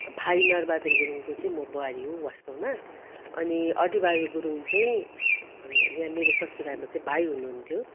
भाई नरबहादुर गुरुङको चाहिँ म बुहारी हुँ वास्तवमा अनि अरी बहादुर गुरुङ चाहिँ यहाँ मेरो ससुराको चाहिँ भाइ हुनुहुन्थ्यो